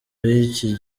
y’iki